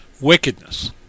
Wickedness